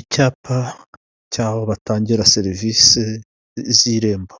Icyapa cy'aho batangira serivisi z'irembo,